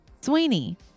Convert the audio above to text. Sweeney